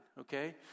okay